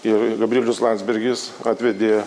ir gabrielius landsbergis atvedė